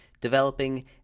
developing